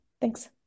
thanks